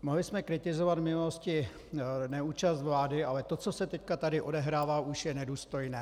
Mohli jsme kritizovat v minulosti neúčast vlády, ale to, co se teď tady odehrává, už je nedůstojné.